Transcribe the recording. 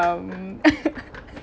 um